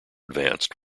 advanced